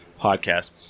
podcast